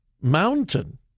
mountain